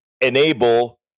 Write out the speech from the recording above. enable